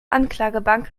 anklagebank